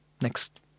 next